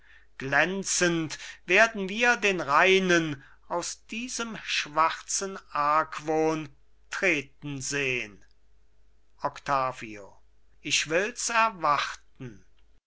glänzend werden wir den reinen aus diesem schwarzen argwohn treten sehn octavio ich wills erwarten